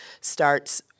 starts –